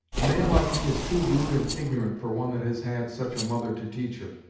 a man like me is too rude and ignorant for one that has had such a mother to teach her.